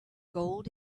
gold